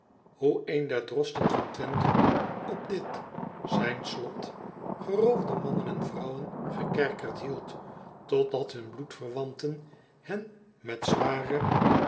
een der drosten van wenthe op dit zijn slot geroofde mannen en vrouwen gekerkerd hield totdat hun bloedverwanten hen met zware